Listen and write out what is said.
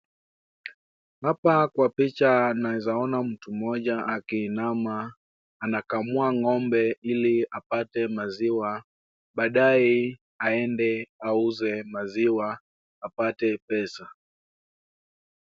Hapa kwa picha naweza ona mtu mmoja akiinama anakamua ng'ombe ili apate maziwa, baadaye aende auze maziwa apate pesa.